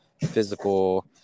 physical